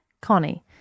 Connie